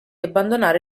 abbandonare